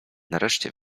nareszcie